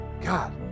God